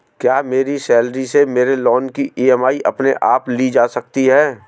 क्या मेरी सैलरी से मेरे लोंन की ई.एम.आई अपने आप ली जा सकती है?